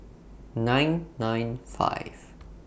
nine nine five